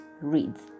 reads